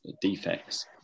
defects